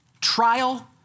Trial